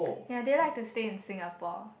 ya they like to stay in Singapore